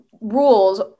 rules